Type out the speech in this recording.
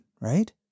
right